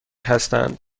هستند